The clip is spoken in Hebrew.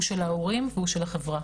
הוא של ההורים והוא של החברה.